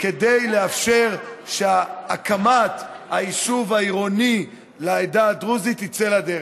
כדי שהקמת היישוב העירוני לעדה הדרוזית תצא לדרך.